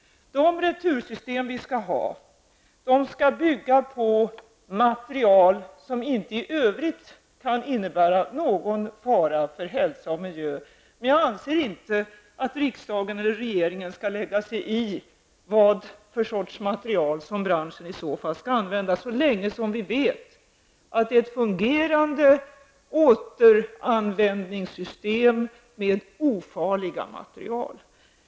Retursystemen skall bygga på material som inte i övrigt kan innebära någon fara för hälsa och miljö. Men jag anser inte att riksdagen eller regeringen skall lägga sig i vad för sorts material branschen i så fall använder, så länge som vi vet att det är fråga om ett fungerande återanvändningssystem med ofarliga material.